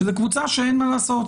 שזאת קבוצה שאין מה לעשות,